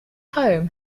home